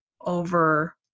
over